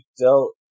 dealt